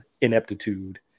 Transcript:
ineptitude